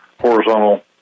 horizontal